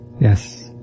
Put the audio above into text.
Yes